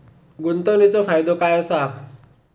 गुंतवणीचो फायदो काय असा?